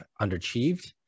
underachieved